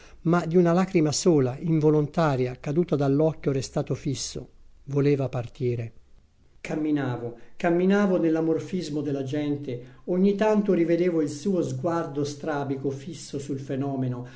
ma di una lagrima sola involontaria caduta dall'occhio restato fisso voleva partire camminavo camminavo nell'amorfismo della gente ogni tanto rivedevo il suo sguardo strabico fisso sul fenomeno